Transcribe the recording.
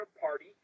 party